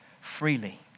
freely